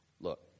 look